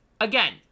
Again